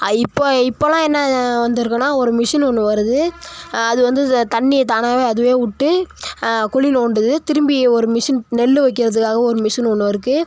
இப்போ இப்போலாம் என்ன வந்திருக்குனா ஒரு மிஷினு ஒன்று வருது அது வந்து தண்ணியை தானாகவே அதுவே விட்டு குழி நோண்டுது திரும்பி ஒரு மிஷின் நெல் வைக்கிறதுக்காக ஒரு மிஷின்னு ஒன்று இருக்குது